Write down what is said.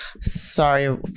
Sorry